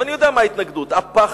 אבל אני יודע מה ההתנגדות, הפחד,